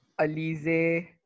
Alize